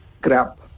crap